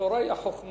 התורה היא החוכמה,